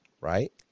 Right